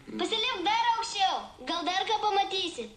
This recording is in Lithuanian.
užsilipk dar aukščiau gal dar ką pamatysi